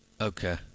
Okay